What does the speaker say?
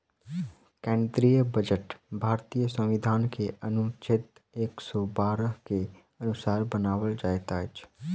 केंद्रीय बजट भारतीय संविधान के अनुच्छेद एक सौ बारह के अनुसार बनाओल जाइत अछि